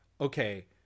okay